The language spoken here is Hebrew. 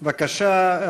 בבקשה.